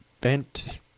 bent